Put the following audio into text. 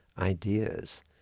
ideas